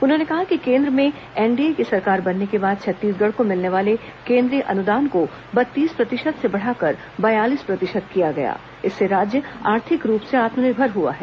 उन्होंने कहा कि केंद्र में एनडीए की सरकार बनने के बाद छत्तीसगढ़ को मिलने वाले केंद्रीय अनुदान को बत्तीस प्रतिशत से बढ़ाकर बयालीस प्रतिशत किया गया इससे राज्य आर्थिक रूप से आत्मनिर्भर हुआ है